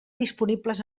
disponibles